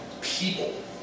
people